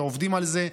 עובדים על זה.